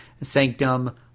Sanctum